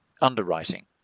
underwriting